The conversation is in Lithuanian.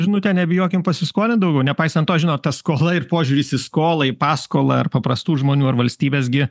žinute nebijokim pasiskolint daugiau nepaisant to žinot ta skola ir požiūris į skolą į paskolą ar paprastų žmonių ar valstybės gi